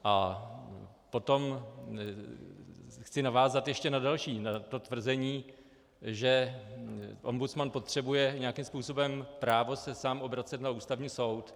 A potom chci navázat ještě na další, na to tvrzení, že ombudsman potřebuje nějakým způsobem právo se sám obracet na Ústavní soud.